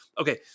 Okay